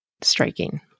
striking